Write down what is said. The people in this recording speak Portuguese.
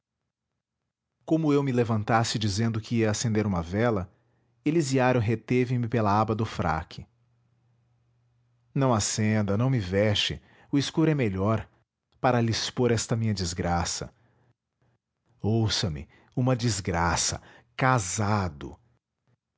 como eu me levantasse dizendo que ia acender uma vela elisiário reteveme pela aba do fraque não acenda não me vexe o escuro é melhor para lhe expor esta minha desgraça ouça-me uma desgraça casado